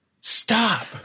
stop